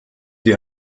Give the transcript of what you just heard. die